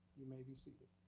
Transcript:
you may be seated.